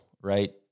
right